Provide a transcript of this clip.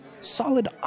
solid